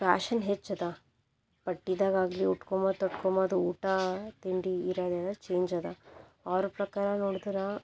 fashion ಹೆಚ್ಚದ ಬಟ್ಟಿದಾಗಾಗಲಿ ಉಟ್ಕೋ ಮತೊಟ್ಕೋಮದು ಊಟ ತಿಂಡಿ ಇರೋದೆಲ್ಲಾ ಚೇಂಜ್ ಅದ ಅವರ ಪ್ರಕಾರ ನೋಡದ್ರ